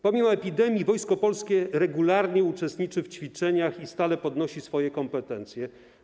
Pomimo epidemii Wojsko Polskie regularnie uczestniczy w ćwiczeniach i stale podnosi swoje kompetencje.